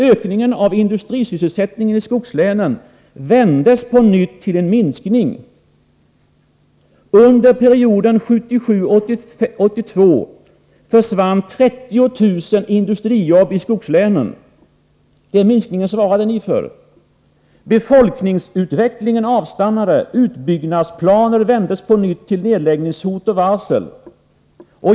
Ökningen av industrisysselsättningen i skogslänen vändes på nytt till en minskning. Under perioden 1977-1982 försvann 30 000 industrijobb i skogslänen. Den minskningen svarade ni för. Befolkningsutvecklingen avstannade. Utbyggnadsplaner ersattes av nedläggningshot och varsel.